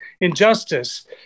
injustice